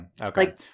okay